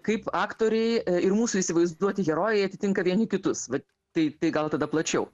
kaip aktoriai ir mūsų įsivaizduoti herojai atitinka vieni kitus vat tai tai gal tada plačiau